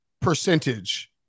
percentage